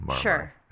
Sure